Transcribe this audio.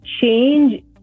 change